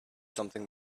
something